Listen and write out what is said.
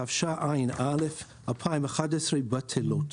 התשע"א-2011 בטלות.